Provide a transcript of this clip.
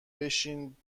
بشین